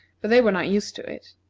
for they were not used to it.